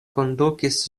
kondukis